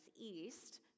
east